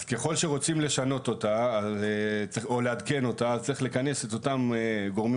אז ככל שרוצים לשנות אותה או לעדכן אותה צריך לכנס את אותם גורמים